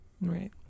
Right